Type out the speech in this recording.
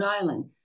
Island